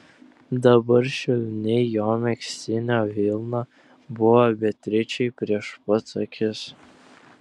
dabar švelni jo megztinio vilna buvo beatričei prieš pat akis